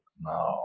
now